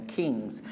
kings